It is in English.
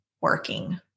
working